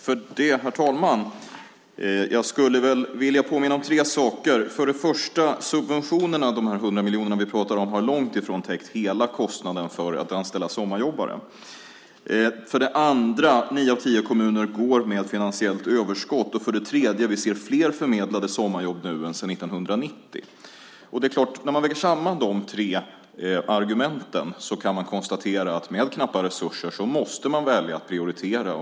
Herr talman! Jag skulle vilja påminna om tre saker. För det första: Subventionerna, de 100 miljonerna vi pratar om, har långt ifrån täckt hela kostnaden för att anställa sommarjobbare. För det andra: Nio av tio kommuner går med finansiellt överskott. För det tredje: Vi ser fler förmedlade sommarjobb nu än vi gjort sedan 1990. När man väger samman de tre argumenten kan man konstatera att det med knappa resurser är nödvändigt att välja att prioritera.